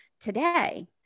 today